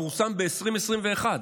פורסם ב-2021,